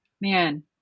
man